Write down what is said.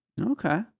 Okay